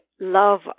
love